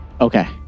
Okay